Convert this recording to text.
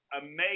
amazing